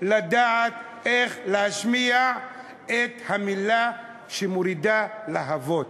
לדעת איך להשמיע את המילה שמורידה להבות,